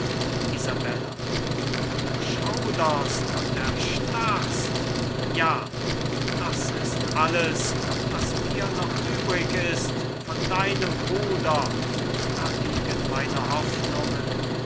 isabella du schauderst und erstarrst ja das ist alles was dir noch übrig ist von deinem bruder da liegen meine hoffnungen sie